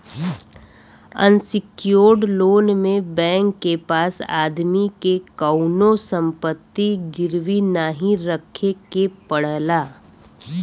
unsecured loan में bank के पास आदमी के कउनो संपत्ति गिरवी नाहीं रखे के पड़ला